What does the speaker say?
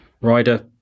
Rider